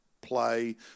play